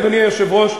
אדוני היושב-ראש,